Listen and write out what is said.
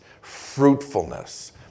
fruitfulness